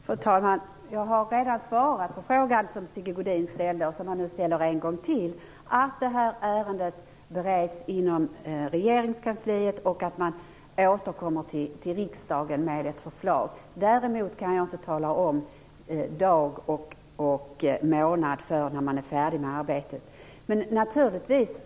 Fru talman! Jag har redan svarat på den fråga som Sigge Godin ställde, och som han nu ställer en gång till. Det här ärendet bereds inom Regeringskansliet, och man återkommer till riksdagen med ett förslag. Däremot kan jag inte tala om vilken dag och månad man är färdig med arbetet.